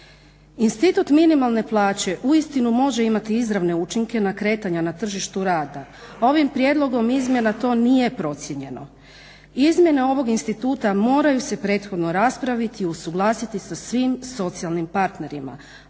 Institut minimalne plaće uistinu može imati izravne učinke na kretanja na tržištu rada. Ovim prijedlogom izmjena to nije procijenjeno. Izmjene ovog instituta moraju se prethodno raspraviti i usuglasiti sa svim socijalnim partnerima,